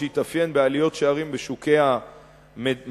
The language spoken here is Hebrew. שהתאפיין בעליות שערים בשוקי המניות.